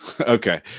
Okay